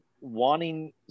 wanting